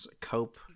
cope